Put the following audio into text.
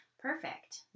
Perfect